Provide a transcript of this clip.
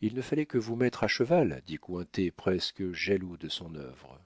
il ne fallait que vous mettre à cheval dit cointet presque jaloux de son œuvre